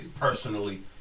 Personally